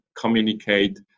communicate